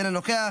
אינו נוכח,